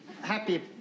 happy